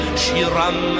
shiram